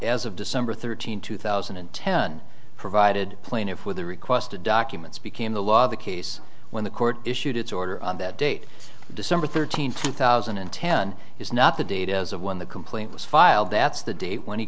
as of december thirteenth two thousand and ten provided plaintiff with the requested documents became the law of the case when the court issued its order on that date december thirteenth two thousand and ten is not the date as of when the complaint was filed that's the date when he